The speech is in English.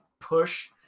push